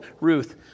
Ruth